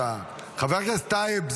חבר הכנסת טייב,